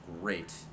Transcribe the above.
great